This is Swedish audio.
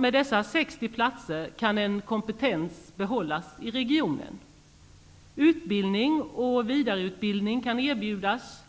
Med dessa 60 platser kan en kompetens behållas i regionen, utbildning och vidareutbildning kan erbjudas